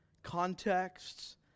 Contexts